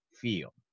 feel